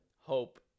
hope